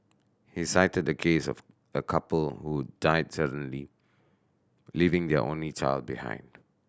he cited a case of a couple who died suddenly leaving their only child behind